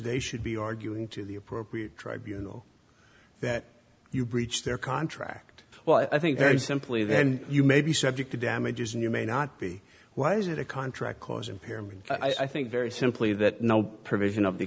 they should be arguing to the appropriate tribunal that you breached their contract well i think very simply then you may be subject to damages and you may not be wiser to contract cause impairment i think very simply that no provision of the